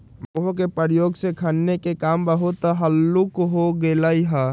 backhoe के प्रयोग से खन्ने के काम बहुते हल्लुक हो गेलइ ह